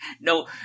No